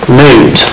mood